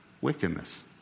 wickedness